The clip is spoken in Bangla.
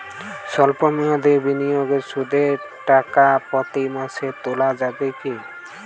সল্প মেয়াদি বিনিয়োগে সুদের টাকা প্রতি মাসে তোলা যাবে কি?